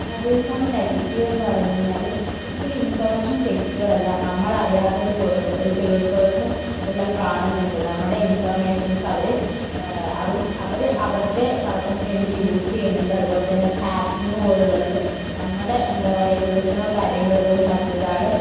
mobile phone negative എന്നു പറഞ്ഞുകഴിഞ്ഞാൽ ഒരിക്കലും ഇൻഫർമേഷൻ സെക്യൂറല്ല നമ്മള് അറിയാത്ത ഒരു പെര്സണ് ഒരു തേർഡ് പേർസൺ ഇതെല്ലാം കാണുന്നുണ്ട് നമ്മുടെ ഇന്ഫര്മേഷന്സ് അവർ അവർ അവരുടെ പര്പ്പസിനുവേണ്ടി യൂസ് ചെയ്യുന്നുണ്ട് അതുപോലെത്തന്നെ ഹാകിംഗ് പോലുള്ളതുണ്ട് നമ്മുടെ എന്താ പറയുക പേര്സണല് കാര്യങ്ങള് പോലും മറ്റൊരാൾ